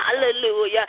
Hallelujah